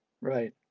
Right